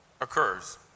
occurs